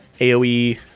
AOE